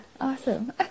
awesome